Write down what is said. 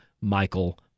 Michael